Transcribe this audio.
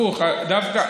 השלום לא בורח.